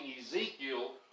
Ezekiel